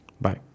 Bye